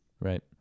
Right